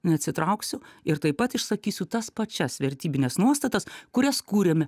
neatsitrauksiu ir taip pat išsakysiu tas pačias vertybines nuostatas kurias kūrėme